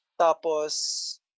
Tapos